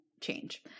change